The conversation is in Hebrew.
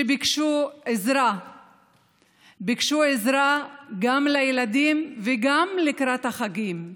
שביקשו עזרה גם לילדים וגם לקראת החגים.